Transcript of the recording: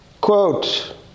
quote